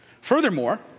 Furthermore